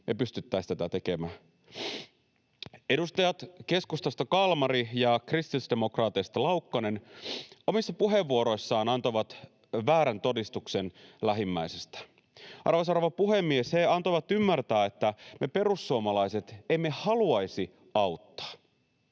me pystyttäisiin tätä tekemään. Edustajat Kalmari keskustasta ja Laukkanen kristillisdemokraateista omissa puheenvuoroissaan antoivat väärän todistuksen lähimmäisestä. Arvoisa rouva puhemies, he antoivat ymmärtää, että me perussuomalaiset emme haluaisi auttaa.